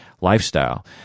lifestyle